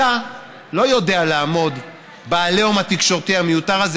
אתה לא יודע לעמוד בעליהום התקשורתי המיותר הזה,